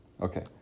Okay